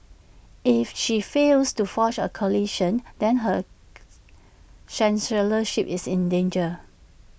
if she fails to forge A coalition then her chancellorship is in danger